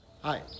Hi